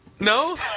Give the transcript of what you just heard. No